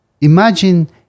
imagine